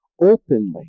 openly